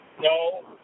No